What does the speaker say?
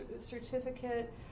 certificate